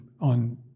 on